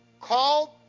Called